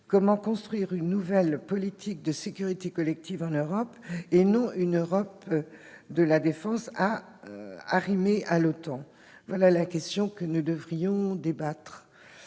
Comment construire une nouvelle politique de sécurité collective en Europe et non une Europe de la défense arrimée à l'OTAN ? Voilà la question dont nous devrions débattre.